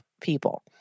people